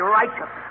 righteous